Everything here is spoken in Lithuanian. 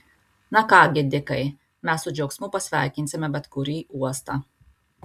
na ką gi dikai mes su džiaugsmu pasveikinsime bet kurį uostą